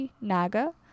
naga